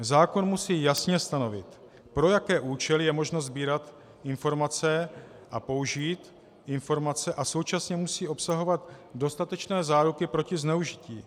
Zákon musí jasně stanovit, pro jaké účely je možno sbírat informace a použít informace a současně musí obsahovat dostatečné záruky proti zneužití.